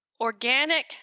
organic